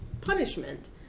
punishment